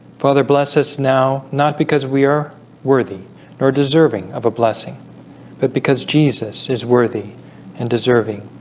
father bless us now not because we are worthy or deserving of a blessing but because jesus is worthy and deserving?